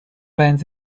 bands